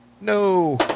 no